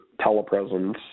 Telepresence